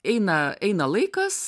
eina eina laikas